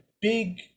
big